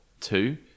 two